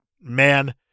man